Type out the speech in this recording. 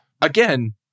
Again